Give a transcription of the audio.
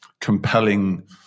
compelling